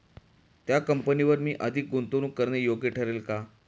त्या कंपनीवर मी अधिक गुंतवणूक करणे योग्य ठरेल का?